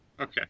Okay